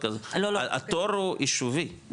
התור הוא יישובי,